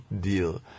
deal